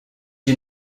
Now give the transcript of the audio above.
you